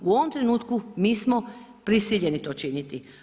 U ovom trenutku mi smo prisiljeni to činiti.